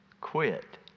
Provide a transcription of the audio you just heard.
quit